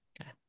Okay